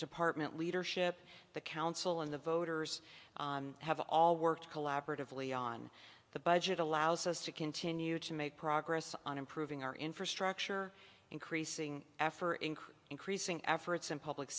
department leadership the council and the voters have all worked collaboratively on the budget allows us to continue to make progress on improving our infrastructure increasing effort including increasing efforts and public